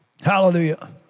Hallelujah